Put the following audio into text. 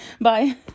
Bye